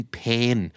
pain